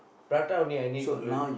prata only I need to learn